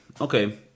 Okay